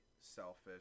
selfish